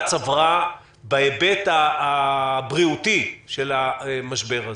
צברה בהיבט הבריאותי של המשבר הזה,